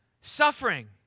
suffering